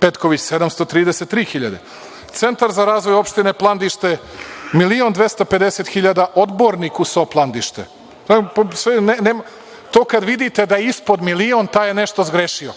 Petković, 733 hiljade. Centar za razvoj opštine Plandište, milion 250 hiljada, odborniku SO Plandište. To kad vidite da je ispod milion taj je nešto zgrešio.